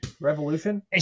Revolution